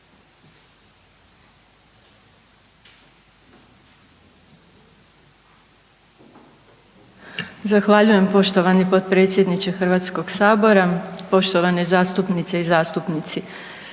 Zahvaljujem poštovani potpredsjedniče HS, poštovane zastupnice i zastupnici.